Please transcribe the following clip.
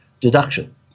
deduction